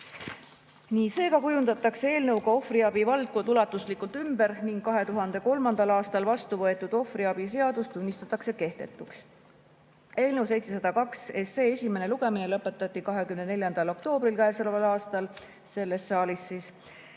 Seega kujundatakse eelnõuga ohvriabi valdkond ulatuslikult ümber ning 2003. aastal vastuvõetud ohvriabi seadus tunnistatakse kehtetuks. Eelnõu 702 esimene lugemine lõpetati 24. oktoobril käesoleval aastal selles saalis ja